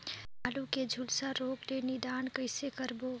आलू के झुलसा रोग ले निदान कइसे करबो?